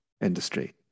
industry